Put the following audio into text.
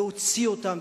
להוציא אותם.